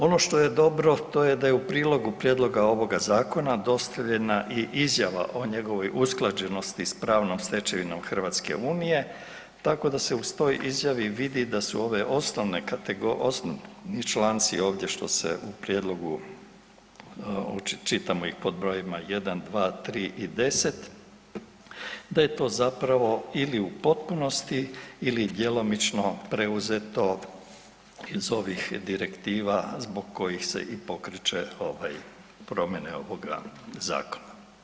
Ono što je dobro to je da je u prilogu prijedloga ovoga zakona dostavljena i izjava o njegovoj usklađenosti s pravnom stečevinom Hrvatske i unije, tako da se u toj izjavi vidi da su ove osnovne, osnovni članci ovdje što se u prijedlogu, čitamo ih pod brojevima 1, 2, 3 i 10, da je to zapravo ili u potpunosti ili djelomično preuzeto iz ovih direktiva zbog kojih se i pokreće ovaj, promjene ovoga zakona.